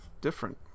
different